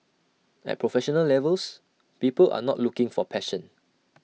at professional levels people are not looking for passion